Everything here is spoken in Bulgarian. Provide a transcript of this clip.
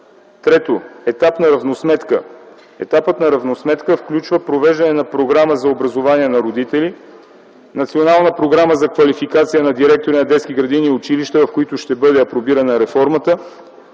Трето, етап на равносметка. Той включва: провеждане на програма за образование на родители; Национална програма за квалификация на директори на детски градини и училища, в които ще бъде апробирана реформата;